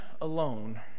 alone